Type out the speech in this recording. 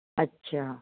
अच्छा